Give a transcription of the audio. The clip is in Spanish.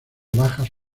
bajas